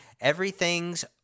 Everything's